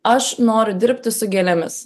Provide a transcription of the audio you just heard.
aš noriu dirbti su gėlėmis